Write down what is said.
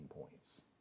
points